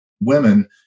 women